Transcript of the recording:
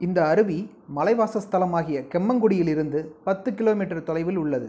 இந்த அருவி மலைவாசஸ்தலமாகிய கெம்மன்குடியில் இருந்து பத்து கிலோமீட்டர் தொலைவில் உள்ளது